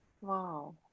Wow